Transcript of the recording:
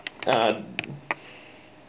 ah